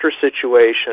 situation